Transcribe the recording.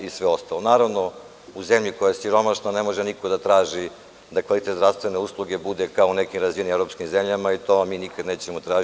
Naravno, u zemlji koja je siromašna ne može niko da traži da kvalitet zdravstvene usluge bude kao u nekim razvijenim evropskim zemljama i to mi nikada nećemo tražiti.